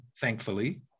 thankfully